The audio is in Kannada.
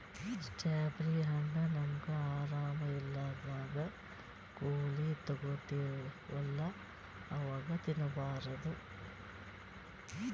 ಸ್ಟ್ರಾಬೆರ್ರಿ ಹಣ್ಣ್ ನಮ್ಗ್ ಆರಾಮ್ ಇರ್ಲಾರ್ದಾಗ್ ಗೋಲಿ ತಗೋತಿವಲ್ಲಾ ಅವಾಗ್ ತಿನ್ಬಾರ್ದು